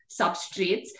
substrates